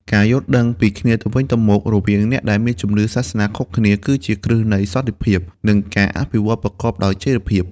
ការយល់ដឹងពីគ្នាទៅវិញទៅមក រវាងអ្នកដែលមានជំនឿសាសនាខុសគ្នា គឺជាគ្រឹះនៃសន្តិភាព និងការអភិវឌ្ឍប្រកបដោយចីរភាព។